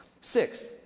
Six